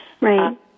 Right